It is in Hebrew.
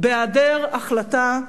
בהיעדר החלטה,